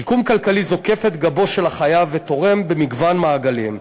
שיקום כלכלי זוקף את גבו של החייב ותורם במגוון מעגלים,